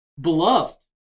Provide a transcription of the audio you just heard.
beloved